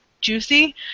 Juicy